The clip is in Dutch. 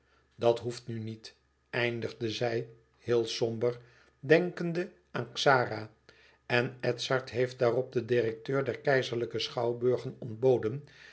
dat hoeft nu niet eindigde zij heel somber denkende aan xara en edzard heeft daarop den directeur der keizerlijke schouwburgen